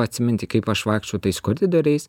atsiminti kaip aš vaikštau tais koridoriais